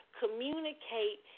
communicate